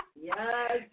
Yes